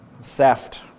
theft